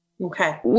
Okay